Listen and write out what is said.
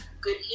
Good